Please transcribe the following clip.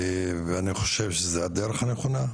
ואני חושב שזו הדרך הנכונה,